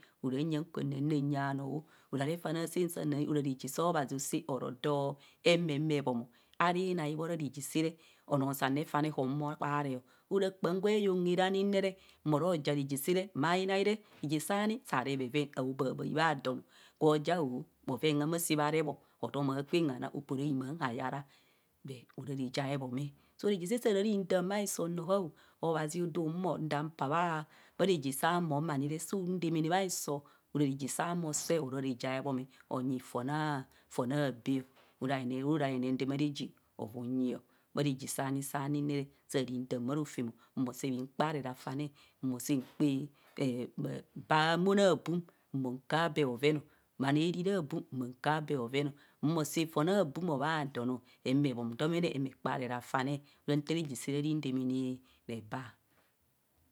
Ara nyang kwa nanyu anoo ora refane asaa ara reje sao abhazi osaa oro doo ma bhom ara inai bho re anoo saan refane hohumo kpaare ora kpaam gwa eyang haara ni nere mo ro ja reje saare ma inai re reje saani saa re bheven aabaabae bha don. gwa o bhoven hama saa bho a rebo hotom aakwen hanaa apoo ra bhimạạ hayaraa ara reje aebhomee. so reje sạạ saraa redam bha isoo no hao abhazi udu humo daa paa bha reje saa mom nire. suu damaana bhiso ara reje saa mo sẹẹ oro ora reje araa unyi bha reje saani saani ne re saa redaam bha rofem o humo saa bhi kpaaree rafane, nhumo saa nkpạạ bahumono akum nhumo kạạ bee bhoven, ma noo ariri akum oha don nhuma hum domene ehumo ekpanree rafane ara nta reje saare rendamana rebaa